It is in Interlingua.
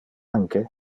anque